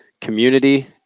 community